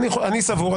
אני סבור,